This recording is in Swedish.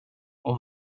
och